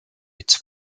its